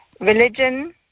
religion